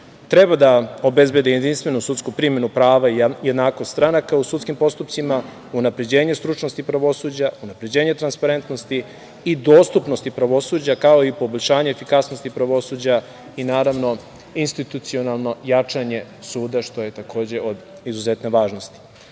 treba da obezbede jedinstvenu sudsku primenu prava i jednakost stranaka u sudskim postupcima, unapređenju stručnosti pravosuđa, unapređenju transparentnosti i dostupnosti pravosuđa, kao i poboljšanje efikasnosti pravosuđa i naravno, institucionalno jačanje suda, što je takođe od izuzetne važnosti. Srbija